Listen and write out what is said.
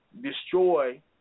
destroy